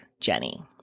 Jenny